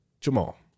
Jamal